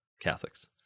Catholics